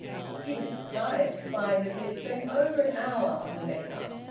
he was surprised to find that he had spent over an hour on the letter.